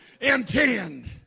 intend